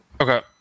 Okay